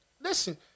listen